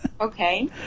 Okay